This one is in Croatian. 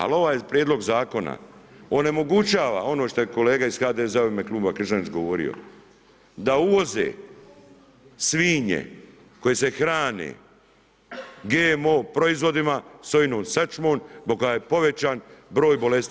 Ali, ovaj prijedlog zakona, onemogućava, ono što je kolega iz HDZ-a u ime kluba, Križanić govorio, da uvoze svinje koje se hrane GMO proizvodima, sojinom sačmom, zbog koje je povećan broj bolesti.